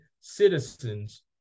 citizens